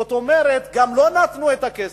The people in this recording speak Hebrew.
זאת אומרת, גם לא נתנו את הכסף,